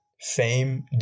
fame